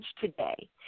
today